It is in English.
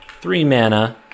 three-mana